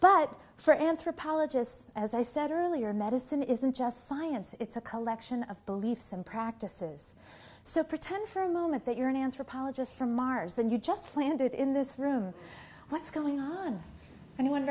but for anthropologists as i said earlier medicine isn't just science it's a collection of beliefs and practices so pretend for a moment that you're an anthropologist from mars and you just landed in this room what's going on an